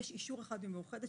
יש אישור אחד ממאוחדת,